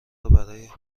برای